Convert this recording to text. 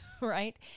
right